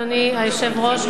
אדוני היושב-ראש,